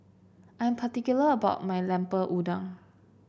I'm particular about my Lemper Udang